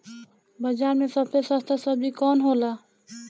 बाजार मे सबसे सस्ता सबजी कौन होला?